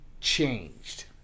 changed